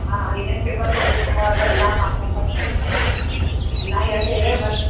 ಹಾಂ ಏನೇನು ಪೇಪರ್ ಕೊಡ್ಬೇಕೋ ಮಾಡ್ಕೊಂಬನ್ರಿ ಎಲ್ಲ ಹೇಳ್ತೇವೆ ಬನ್ರಿ